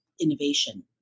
innovation